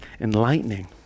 enlightening